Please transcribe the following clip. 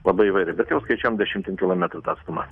labai įvairiai bet jau skaičiuojam dešimtim kilometrų tą atstumą